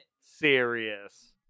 serious